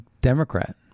Democrat